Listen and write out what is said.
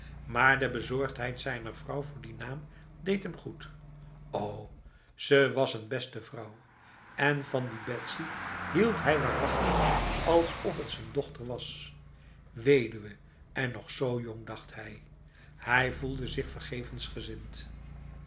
maar de bezorgdheid zijner vrouw voor die naam deed hem goed o ze was n beste vrouw en van die betsy hield hij waarachtig alsof het z'n dochter was weduwe en nog zo jong dacht hij hij voelde zich